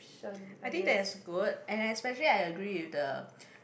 I think that's good and especially I agree with the